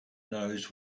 knows